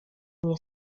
nie